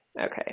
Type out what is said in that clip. okay